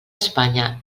espanya